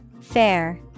Fair